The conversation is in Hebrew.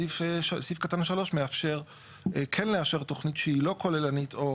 סעיף קטן (3) מאפשר כן לאשר תוכנית שהיא לא כוללנית או